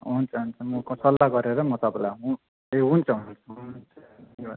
हुन्छ हुन्छ म सल्लाह गरेर म तपाईँलाई ए हुन्छ हुन्छ